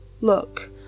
Look